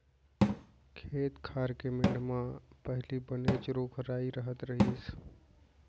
खेत खार के मेढ़ म पहिली बनेच रूख राई रहत रहिस